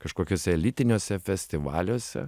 kažkokiuose elitiniuose festivaliuose